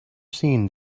seen